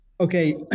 Okay